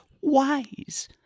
wise